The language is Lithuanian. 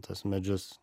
tuos medžius